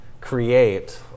create